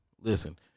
listen